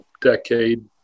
decade